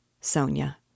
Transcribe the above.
Sonia